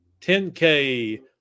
10k